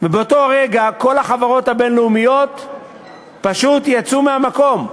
ובאותו הרגע כל החברות הבין-לאומיות פשוט יצאו מהמקום.